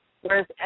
Whereas